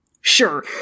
Sure